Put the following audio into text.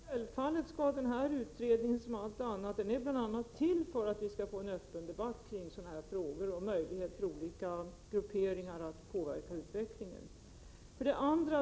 Herr talman! Självfallet skall utredningen bli föremål för debatt. Den är ju bl.a. till för att vi skall få en öppen debatt kring de här frågorna och för att olika grupperingar skall få möjlighet att påverka utvecklingen.